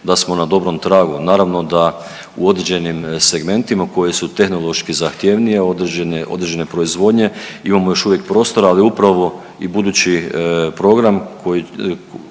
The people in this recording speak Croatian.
da smo na dobrom tragu. Naravno da u određenim segmentima koje su tehnološki zahtjevnije određen je, određene proizvodnje imamo još uvijek prostora, ali upravo i budući program